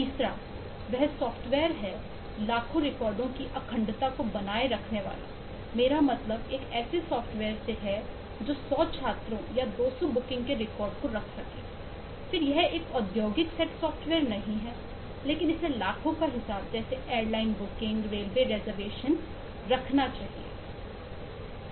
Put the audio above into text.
तीसरा वह सॉफ्टवेयर है लाखों रिकॉर्डों की अखंडता को बनाए रखनी है मेरा मतलब एक ऐसे सॉफ्टवेयर से है जो 100 छात्रों या 200 बुकिंग के रिकॉर्ड रख सके फिर यह एक औद्योगिक सेट सॉफ्टवेयर नहीं है लेकिन इसे लाखों का हिसाब जैसे एयरलाइन बुकिंग रेलवे रिजर्वेशन रखना चाहिए